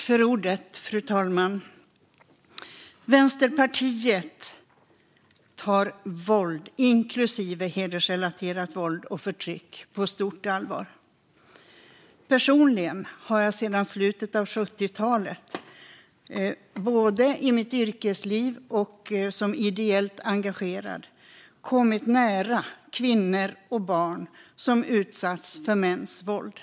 Fru talman! Vänsterpartiet tar våld, inklusive hedersrelaterat våld och förtryck, på stort allvar. Personligen har jag sedan slutet av 70-talet både i mitt yrkesliv och som ideellt engagerad kommit nära kvinnor och barn som utsatts för mäns våld.